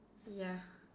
ya